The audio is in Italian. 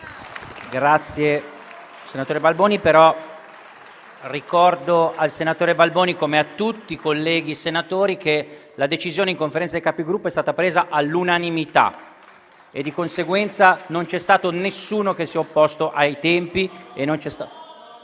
apre una nuova finestra"). Ricordo al senatore Balboni, come a tutti i colleghi senatori, che la decisione in Conferenza dei Capigruppo è stata presa all'unanimità e di conseguenza non c'è stato nessuno che si sia opposto